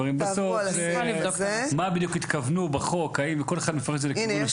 מה בדיוק התכוונו בחוק וכל אחד מפרש את זה לכיוון השני.